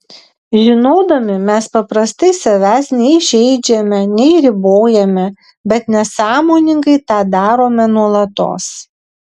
žinodami mes paprastai savęs nei žeidžiame nei ribojame bet nesąmoningai tą darome nuolatos